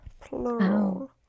plural